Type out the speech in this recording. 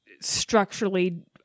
structurally